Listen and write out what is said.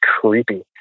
creepy